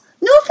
No